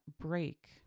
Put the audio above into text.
break